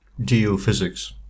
geophysics